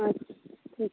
अच्छा ठीक